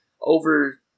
Over